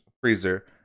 Freezer